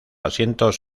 asientos